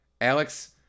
Alex